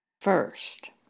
first